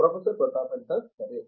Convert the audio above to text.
professor Pratap Haridas సరే